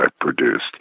produced